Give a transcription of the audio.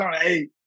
hey